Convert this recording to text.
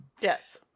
Yes